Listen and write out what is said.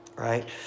Right